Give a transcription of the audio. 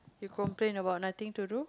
you complain about nothing to do